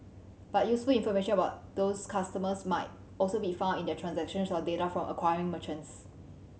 but useful information about those customers might also be found in their transactions or data from acquiring merchants